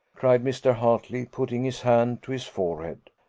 cried mr. hartley, putting his hand to his forehead.